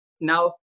now